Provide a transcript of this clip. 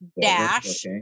dash